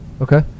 okay